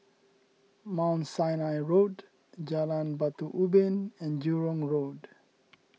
Mount Sinai Road Jalan Batu Ubin and Jurong Road